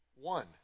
One